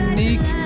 Unique